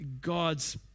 God's